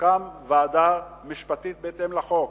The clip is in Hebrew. שתוקם ועדה משפטית בהתאם לחוק,